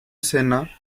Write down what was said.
escena